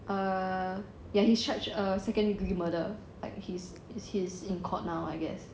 err ya he's charged err second degree murder like he's he's in court now I guess